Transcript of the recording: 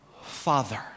Father